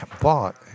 bought